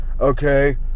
okay